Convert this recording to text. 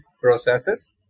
processes